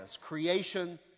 creation